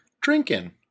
drinking